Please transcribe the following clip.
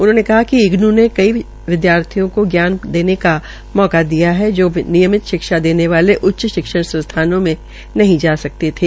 उन्होंने कहा कि इग्नू ने कई शिक्षार्थियों को ज्ञान प्राप्त करने का मौका दिया है जो नियमित शिक्षा देने वाले उच्च शिक्षण संस्थानों में नहीं जा सकते थे